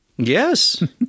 Yes